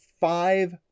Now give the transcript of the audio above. five